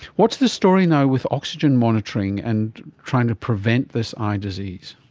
what's the story now with oxygen monitoring and trying to prevent this eye disease?